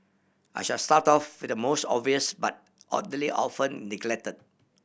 I shall start off with the most obvious but oddly often neglected